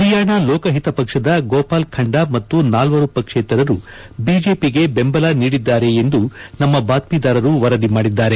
ಹರಿಯಾಣ ಲೋಕಹಿತ ಪಕ್ಷದ ಗೋಪಾಲ್ ಖಂಡಾ ಮತ್ತು ನಾಲ್ವರು ಪಕ್ಷೇತರರು ಬಿಜೆಪಿಗೆ ಬೆಂಬಲ ನೀಡಿದ್ದಾರೆ ಎಂದು ನಮ್ನ ಬಾತ್ನೀದಾರರು ವರದಿ ಮಾಡಿದ್ದಾರೆ